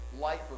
life